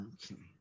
Okay